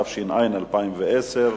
התש"ע 2010,